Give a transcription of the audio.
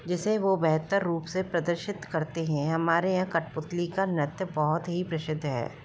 जिससे वह बेहतर रूप से प्रदर्शित करते हैं हमारे यहाँ कठपुतली का नृत्य बहुत ही प्रसिद्ध है